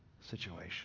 situation